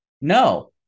No